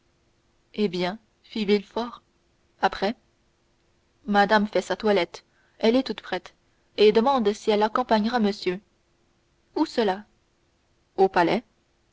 eh bien fit villefort après madame a fait sa toilette elle est toute prête et demande si elle accompagnera monsieur où cela au palais